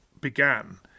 began